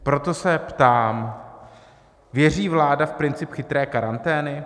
Proto se ptám: Věří vláda v princip chytré karantény?